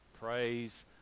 Praise